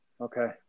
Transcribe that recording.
Okay